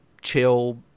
chill